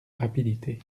rapidité